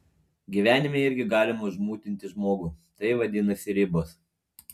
gyvenime irgi galima užmutinti žmogų tai vadinasi ribos